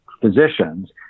physicians